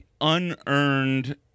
unearned